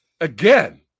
Again